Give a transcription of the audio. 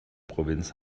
provinz